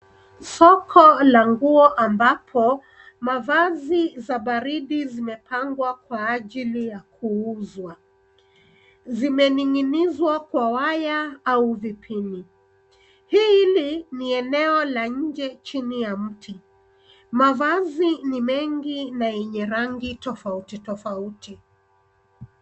Soko la nguo ambapo mavazi za baridi zimepangwa kwa ajili ya kuuzwa. Zimeninginizwa kwa waya au vipini ni eneo la nje chini ya mti. Mavazi ni mengi na yenye rangi tofauti tofauti.